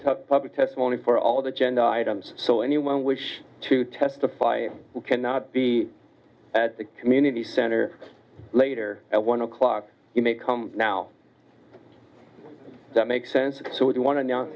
public testimony for all the genda items so anyone wish to testify cannot be at a community center later at one o'clock you may come now that makes sense so if you want to know